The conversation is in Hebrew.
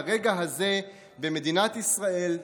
לרגע הזה במדינת ישראל,